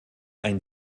ein